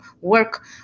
work